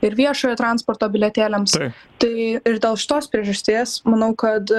ir viešojo transporto bilietėliams tai ir dėl šitos priežasties manau kad